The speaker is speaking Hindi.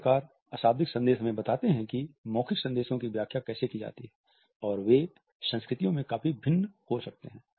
इस प्रकार अशाब्दिक संदेश हमें बताते हैं कि मौखिक संदेशों की व्याख्या कैसे की जाती है और वे संस्कृतियों में काफी भिन्न हो सकते हैं